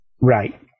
right